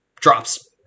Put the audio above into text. drops